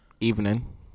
evening